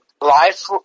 life